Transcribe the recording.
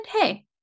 hey